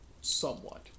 somewhat